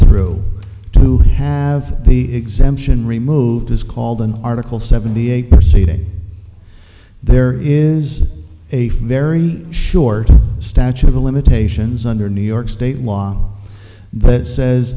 through to have the exemption removed is called an article seventy eight perceiving there is a ferry short statute of limitations under new york state law that says